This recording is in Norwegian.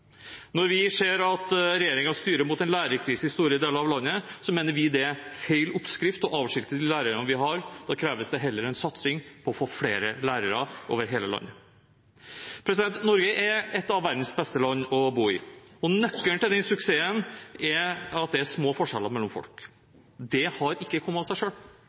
Når vi ser at regjeringen styrer mot en lærerkrise i store deler av landet, mener vi det er feil oppskrift å avskilte de lærerne vi har. Da kreves det heller en satsing på å få flere lærere over hele landet. Norge er et av verdens beste land å bo i. Nøkkelen til den suksessen er at det er små forskjeller mellom folk. Det har ikke kommet av seg